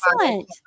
Excellent